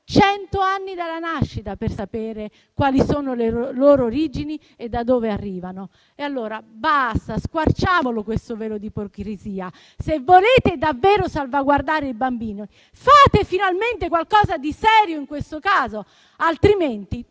cent'anni dalla nascita per sapere quali sono le loro origini e da dove arrivano. Allora, basta: squarciamo questo velo di ipocrisia. Se volete davvero salvaguardare i bambini, fate finalmente qualcosa di serio in questo caso. Altrimenti